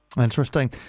Interesting